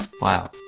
Wow